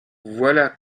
voilà